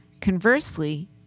Conversely